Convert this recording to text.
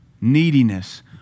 Neediness